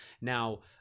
now